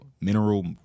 Mineral